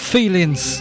Feelings